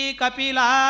kapila